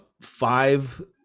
five